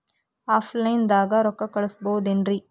Offline ದಾಗ ರೊಕ್ಕ ಕಳಸಬಹುದೇನ್ರಿ?